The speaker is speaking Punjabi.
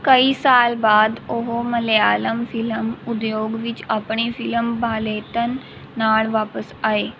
ਕਈ ਸਾਲ ਬਾਅਦ ਉਹ ਮਲਿਆਲਮ ਫ਼ਿਲਮ ਉਦਯੋਗ ਵਿੱਚ ਆਪਣੀ ਫ਼ਿਲਮ ਬਾਲੇਤਨ ਨਾਲ ਵਾਪਸ ਆਏ